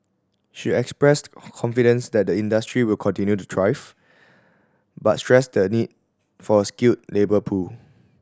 she expressed confidence that the industry will continue to thrive but stressed the need for a skilled labour pool